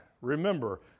Remember